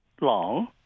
long